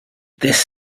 this